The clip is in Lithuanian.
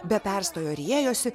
be perstojo riejosi